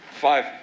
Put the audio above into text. Five